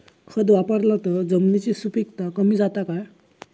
खत वापरला तर जमिनीची सुपीकता कमी जाता काय?